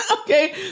Okay